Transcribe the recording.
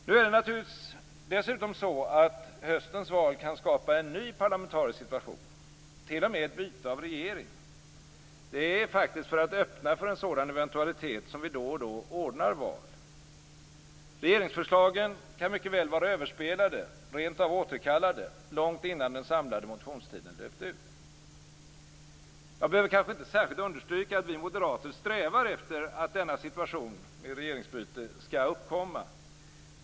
Nu är det dessutom så att höstens val kan skapa en ny parlamentarisk situation, t.o.m. ett byte av regering. Det är faktiskt för att öppna för en sådan eventualitet som vi då och då ordnar val. Regeringsförslagen kan mycket väl vara överspelade, och rent av återkallade, långt innan den samlade motionstiden löpt ut. Jag behöver kanske inte särskilt understryka att vi moderater strävar efter att denna situation med regeringsbyte skall uppkomma.